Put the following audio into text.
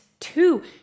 Two